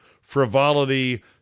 frivolity